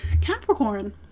Capricorn